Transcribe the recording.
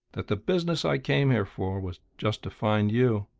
that the business i came here for was just to find you.